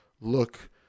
look